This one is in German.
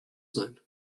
sein